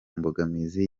mbogamizi